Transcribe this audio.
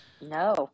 No